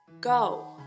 go